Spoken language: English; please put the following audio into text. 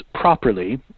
properly